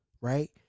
Right